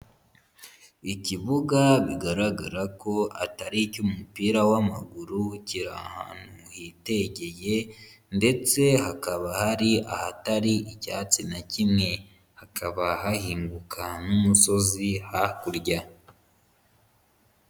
Ikibuga bigaragara ko atari icy'umupira w'amaguru, kiri ahantu hitegeye ndetse hakaba hari ahatari icyatsi na kimwe, hakaba hahinguka n'umusozi hakurya.